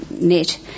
net